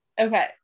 Okay